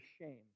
shame